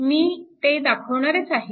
मी ते दाखवणारच आहे